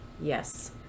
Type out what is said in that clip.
Yes